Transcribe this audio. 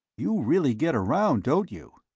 you really get around, don't you?